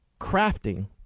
crafting